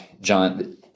john